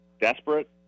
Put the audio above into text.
desperate